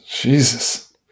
Jesus